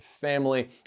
family